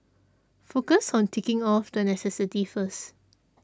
focus on ticking off the necessities first